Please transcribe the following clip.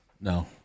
No